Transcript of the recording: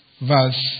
verse